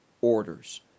orders